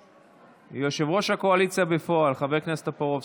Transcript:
יושב-ראש הקואליציה בפועל חבר הכנסת טופורובסקי.